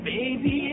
Baby